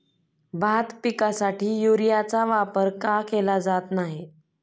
भात पिकासाठी युरियाचा वापर का केला जात नाही?